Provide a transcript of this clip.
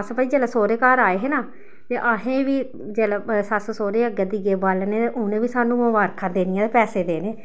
अस भाई जेल्लै सौह्रे घर आए हे ना ते असें गी बी जेल्लै सस्स सौह्रे अग्गें दीए बालने ते उ'नें बी सानूं मबारखा देनियां ते पैसे देने